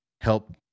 help